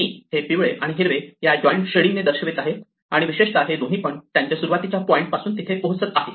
मी हे पिवळे आणि हिरवे या जॉइंट शेडींग ने दर्शवत आहे आणि विशेषतः हे दोन्ही पण त्यांच्या सुरुवातीच्या पॉइंट पासून तिथे पोहोचत आहे